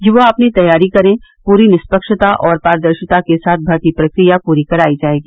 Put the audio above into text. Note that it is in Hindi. युवा अपनी तैयारी करें पूरी निष्पक्षता और पारदर्शिता के साथ भर्ती प्रक्रिया पूरी करायी जायेगी